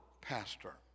pastor